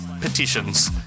petitions